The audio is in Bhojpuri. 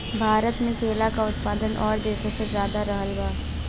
भारत मे केला के उत्पादन और देशो से ज्यादा रहल बा